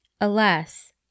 Alas